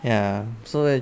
ya so